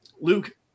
Luke